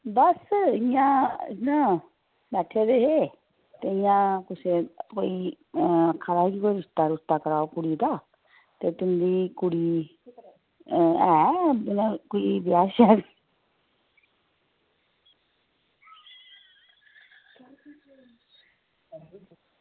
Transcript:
बस बस इंया इंया आक्खा दे हे ते इंया बस कोई आक्खा दे हे कोई रिश्ता कराओ कुड़ी दा ते भी बी कुड़ी आं ठीक ऐ शैल